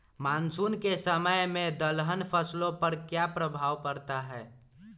Monsoon के समय में दलहन फसलो पर क्या प्रभाव पड़ता हैँ?